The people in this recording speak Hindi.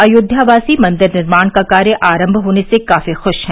अयोध्यावासी मंदिर निर्माण का कार्य आरम्म होने से काफी खुश हैं